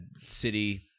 city